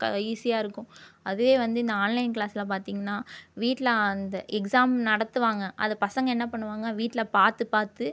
ஈசியாக இருக்கும் அதுவே வந்து இந்த ஆன்லைன் க்ளாஸ்ல பார்த்திங்கன்னா வீட்டில அந்த எக்ஸாம் நடத்துவாங்க அதை பசங்கள் என்ன பண்ணுவாங்க வீட்டில பார்த்து பார்த்து